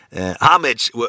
homage